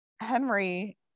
Henry